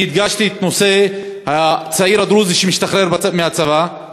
אני הדגשתי את נושא הצעיר הדרוזי שמשתחרר מהצבא.